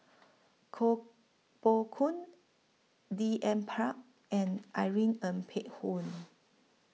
Koh Poh Koon D N Pritt and Irene Ng Phek Hoong